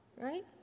right